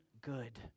good